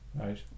Right